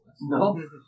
No